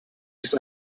ist